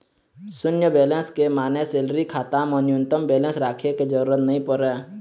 सून्य बेलेंस के माने सेलरी खाता म न्यूनतम बेलेंस राखे के जरूरत नइ परय